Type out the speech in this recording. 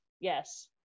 yes